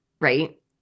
right